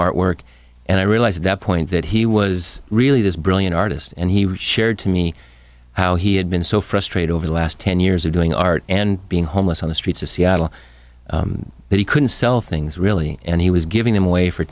artwork and i realized that point that he was really this brilliant artist and he shared to me how he had been so frustrated over the last ten years of doing art and being homeless on the streets of seattle that he couldn't sell things really and he was giving them away for